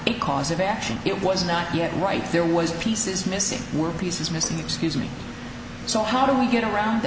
a cause of action it was not yet right there was pieces missing were pieces missing excuse me so how do we get around